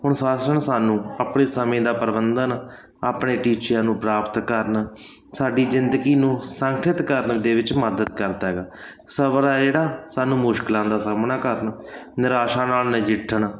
ਅਨੁਸ਼ਾਸਨ ਸਾਨੂੰ ਆਪਣੇ ਸਮੇਂ ਦਾ ਪ੍ਰਬੰਧਨ ਆਪਣੇ ਟੀਚਿਆਂ ਨੂੰ ਪ੍ਰਾਪਤ ਕਰਨ ਸਾਡੀ ਜ਼ਿੰਦਗੀ ਨੂੰ ਸੰਗਠਿਤ ਕਰਨ ਦੇ ਵਿੱਚ ਮਦਦ ਕਰਦਾ ਹੈਗਾ ਸਬਰ ਆ ਜਿਹੜਾ ਸਾਨੂੰ ਮੁਸ਼ਕਿਲਾਂ ਦਾ ਸਾਹਮਣਾ ਕਰਨ ਨਿਰਾਸ਼ਾ ਨਾਲ ਨਜਿੱਠਣ